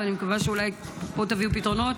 ואני מקווה שאולי פה תביאו פתרונות,